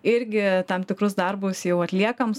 irgi tam tikrus darbus jau atliekam